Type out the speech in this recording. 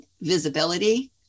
visibility